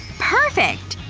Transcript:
perfect!